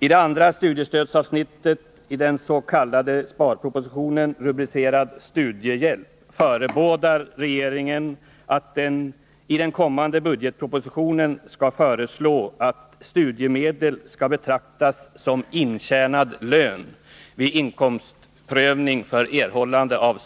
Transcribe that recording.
I det andra studiestödsavsnittet i den s.k. sparpropositionen, rubricerat Studiehjälp, förebådar regeringen att den i den kommande budgetpropositionen skall föreslå att studiemedel betraktas som intjänad lön vid inkomstprövning för erhållande av